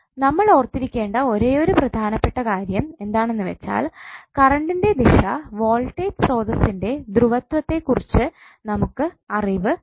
നമ്മൾ ഓർത്തിരിക്കേണ്ട ഒരേയൊരു പ്രധാനപ്പെട്ട കാര്യം എന്താണെന്നുവെച്ചാൽ കറണ്ടിൻറെ ദിശ വോൾടേജ് സ്രോതസ്സ്സിൻറെ ധ്രുവത്വത്തെകുറിച്ചു നമുക്കു അറിവ് തരും